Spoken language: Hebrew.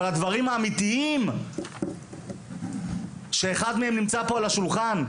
אבל הדברים האמיתיים שאחד מהם נמצא פה על השולחן.